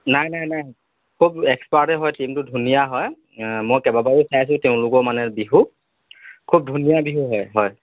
নাই নাই নাই খুব এক্সপাৰ্টেই হয় টিমটো খুব ধুনীয়াই হয় মই কেইবাবাৰো চাইছোঁ তেওঁলোকৰ মানে বিহু খুব ধুনীয়া বিহু হয় হয়